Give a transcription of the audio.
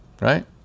right